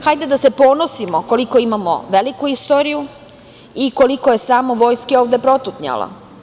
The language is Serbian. Hajde da se ponosimo koliko imamo veliku istoriju i koliko je samo vojske ovde protutnjalo.